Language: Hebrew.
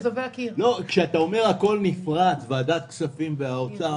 כשאתה אומר שהכול נפרץ, ועדת כספים והאוצר,